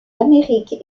amérique